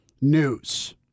news